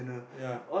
ya